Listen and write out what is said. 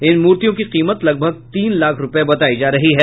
इस मूर्तियों की कीमत लगभग तीन लाख रूपये बतायी जा रही है